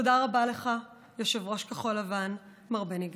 תודה רבה לך, יושב-ראש כחול לבן מר בני גנץ.